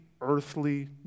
earthly